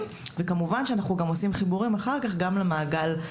כמובן שאנחנו עושים אחר כך חיבורים גם לצברים,